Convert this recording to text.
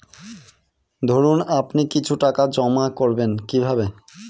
ধরুন আপনি কিছু টাকা জমা করবেন কিভাবে?